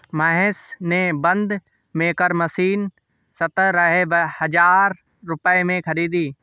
महेश ने bund maker machine सतरह हजार रुपए में खरीदी